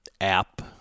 app